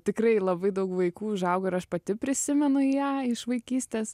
tikrai labai daug vaikų užaugo ir aš pati prisimenu ją iš vaikystės